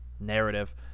narrative